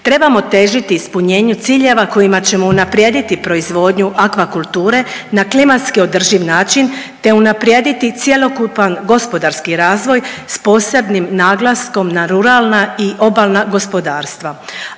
Trebamo težiti ispunjenju ciljeva kojima ćemo unaprijediti proizvodnju aquakulture na klimatski održiv način, te unaprijediti cjelokupan gospodarski razvoj s posebnim naglaskom na ruralna i obalna gospodarstva.